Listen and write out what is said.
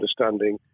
understanding